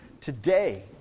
Today